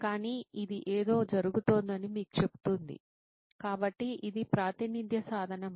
కానీ ఇది ఏదో జరుగుతోందని మీకు చెబుతుంది కాబట్టి ఇది ప్రాతినిధ్య సాధనం